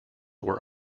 were